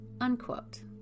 unquote